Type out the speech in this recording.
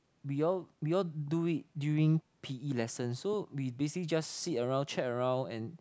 we all we all do it during p_e lessons so we basically just sit around chat around and